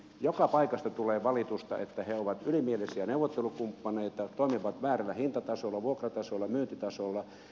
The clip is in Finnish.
joka paikasta tulee valitusta että he ovat ylimielisiä neuvottelukumppaneita toimivat väärällä hintatasolla vuokratasolla myyntitasolla